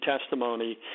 testimony